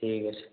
ঠিক আছে